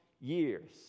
years